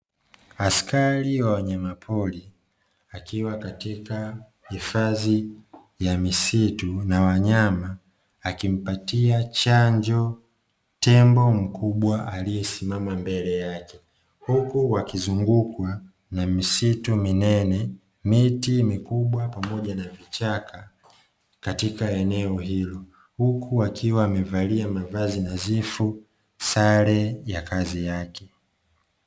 Askari wa wanyamapori akiwa katika hifadhi ya misitu na wanyama, akimpatia chanjo tembo mkubwa aliyesimama mbele yake, huku akizungukwa na misitu minene, miti mikubwa, pamoja na vichaka, katika eneo hilo huku akiwa amevalia mavazi nadhifu sare ya kazi yake.